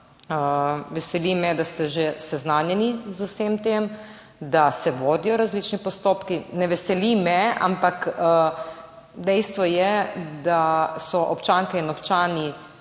Veseli me, da ste že seznanjeni z vsem tem, da se vodijo različni postopki, ne veseli me, ampak dejstvo je, da so občanke in občani